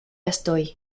estoy